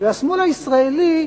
והשמאל הישראלי אומר,